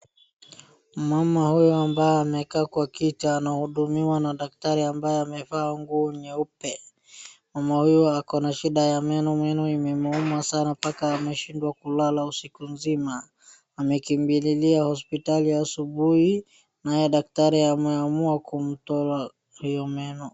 Mama huyo ambaye amekaa kwa kiti anahudumiwa na daktari ambaye amevaa nguo nyeupe. Mama huyo ako na shida ya meno, meno imemuuma sana mpaka ameshindwa kulala usiku nzima, amekimbililia hospitali asubuhi naye daktari ameamua kumtoa hiyo meno.